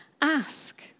Ask